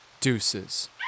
deuces